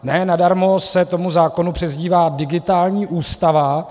Ne nadarmo se tomu zákon přezdívá digitální ústava.